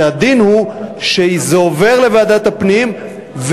שהדין הוא שזה עובר לוועדת הפנים,